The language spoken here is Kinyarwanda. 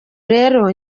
rero